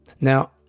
Now